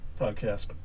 podcast